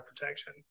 protection